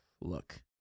look